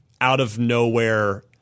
out-of-nowhere